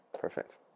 Perfect